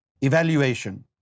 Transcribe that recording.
evaluation